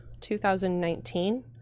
2019